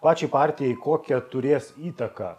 pačiai partijai kokią turės įtaką